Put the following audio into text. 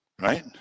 right